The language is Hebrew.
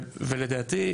לדעתי,